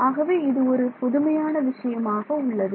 ஆகவே இது ஒரு புதுமையான விஷயமாக உள்ளது